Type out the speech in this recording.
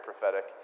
prophetic